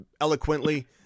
eloquently